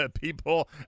people